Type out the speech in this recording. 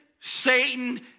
Satan